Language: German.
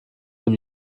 dem